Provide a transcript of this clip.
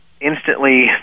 instantly